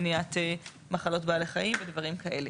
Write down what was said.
מניעת מחלות בעלי חיים ודברים כאלה.